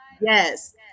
yes